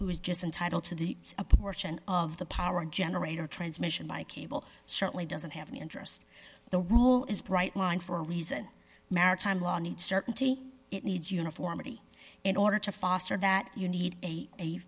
who is just entitled to the a portion of the power generator transmission by cable certainly doesn't have any interest the rule is a bright line for a reason maritime law need certainty it needs uniformity in order to foster that you need